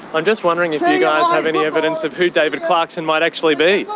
i'm just wondering if you guys have any evidence of who david clarkson might actually be?